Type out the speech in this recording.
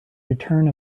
return